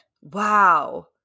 Wow